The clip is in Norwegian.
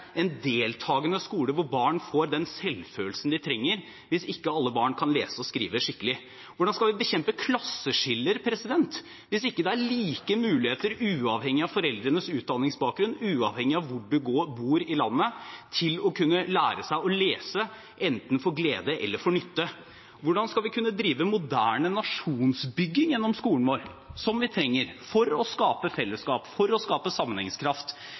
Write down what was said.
en deltakende skole hvor barn får den selvfølelsen de trenger, hvis ikke alle barn kan lese og skrive skikkelig? Hvordan skal vi bekjempe klasseskiller hvis det ikke er like muligheter, uavhengig av foreldrenes utdanningsbakgrunn, uavhengig av hvor man bor i landet, til å kunne lære seg å lese, enten til glede eller til nytte? Hvordan skal vi kunne drive moderne nasjonsbygging gjennom skolen vår, som vi trenger for å skape fellesskap, for å skape sammenhengskraft,